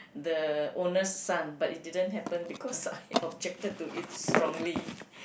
the owner's son but it didn't happen because I objected to it strongly